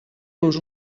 los